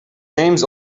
names